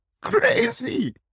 crazy